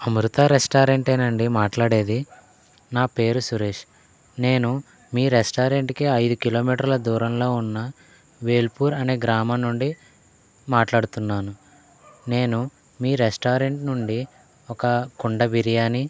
అమృత రెస్టారెంటేనా అండి మాట్లాడేది నా పేరు సురేష్ నేను మీ రెస్టారెంట్కి ఐదు కిలోమీటర్ల దూరంలో ఉన్న వేల్పూర్ అనే గ్రామం నుండి మాట్లాడుతున్నాను నేను మీ రెస్టారెంట్ నుండి ఒక కుండ బిరియాని